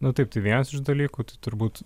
na taip tai vienas iš dalykų tai turbūt